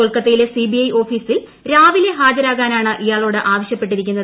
കൊൽക്കത്തയിലെ സിബിഐ ഓഫീസിൽ രാവിലെ ഹാജരാകാനാണ് ഇയാളോട് ആവശ്യപ്പെട്ടിരിക്കുന്നത്